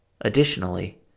Additionally